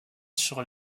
sur